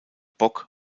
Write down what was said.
bock